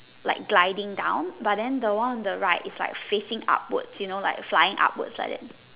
like gliding down but then the one on the right is like facing upwards you know like flying upwards like that